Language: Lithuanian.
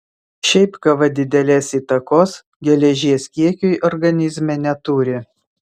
šiaip kava didelės įtakos geležies kiekiui organizme neturi